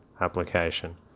application